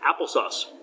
applesauce